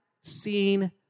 seen